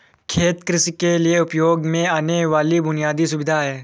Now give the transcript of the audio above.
खेत कृषि के लिए उपयोग में आने वाली बुनयादी सुविधा है